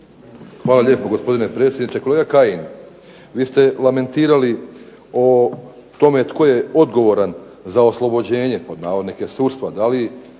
Hvala lijepo gospodine predsjedniče. Kolega Kajin vi ste lamentirali o tome tko je odgovoran za oslobođenje pod navodnike sudstva, da li